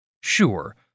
Sure